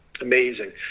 Amazing